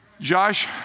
Josh